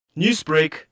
Newsbreak